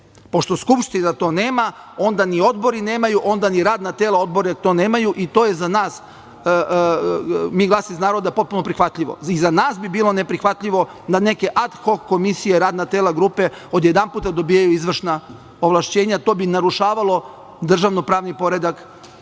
Pošto Skupština to nema, onda ni odbori nemaju, onda ni radna tela odbora to nemaju i to je za nas, MI- Glas iz naroda, potpuno prihvatljivo. I za nas bi bilo neprihvatljivo da neke ad hok komisije, radna tela, grupe odjedanput dobijaju izvršna ovlašćenja. To bi narušavalo državno-pravni poredak